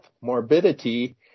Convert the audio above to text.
morbidity